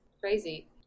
Crazy